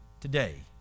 today